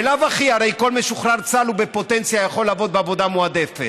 בלאו הכי הרי כל משוחרר צה"ל בפוטנציה יכול לעבוד בעבודה מועדפת.